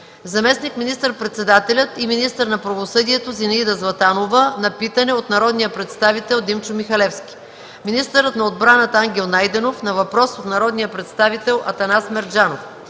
заместник министър-председателят и министър на правосъдието Зинаида Златанова – на питане от народния представител Димчо Михалевски; - министърът на отбраната Ангел Найденов – на въпрос от народния представител Атанас Мерджанов;